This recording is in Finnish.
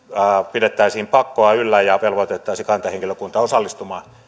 pidettäisiin pakkoa yllä ja velvoitettaisiin kantahenkilökunta osallistumaan